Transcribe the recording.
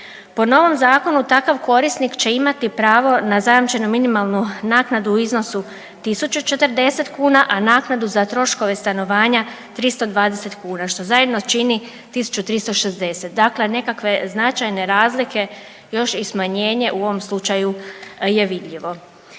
Po novom zakonu takav korisnik će imati pravo na zajamčenu minimalnu naknadu u iznosu 1.040 kuna, a naknadu za troškove stanovanja 320 kuna, što zajedno čini 1.360, dakle nekakve značajne razlike još i smanjenje u ovom slučaju je vidljivo.